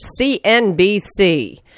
CNBC